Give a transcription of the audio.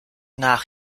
nach